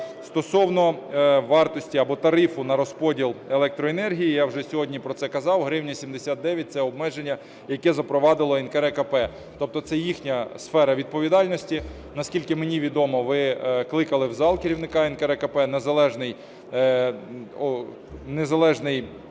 Стосовно вартості або тарифу на розподіл електроенергії. Я вже сьогодні про це казав, гривня 79 – це обмеження, яке запровадила НКРЕКП. Тобто це їхня сфера відповідальності. Наскільки мені відомо, ви кликали в зал керівника НКРЕКП. Незалежний оператор